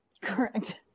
correct